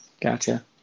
Gotcha